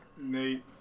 Nate